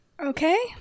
okay